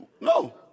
No